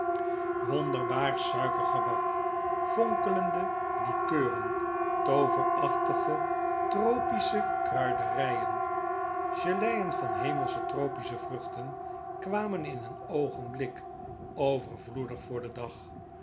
wonderbaar suikergebak fonkelende likeuren tooverachtige tropische kruideryen geleien van hemelsche tropische vruchten kwamen in een oogenblik overvloedig voor den dag